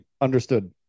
Understood